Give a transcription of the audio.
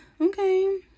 Okay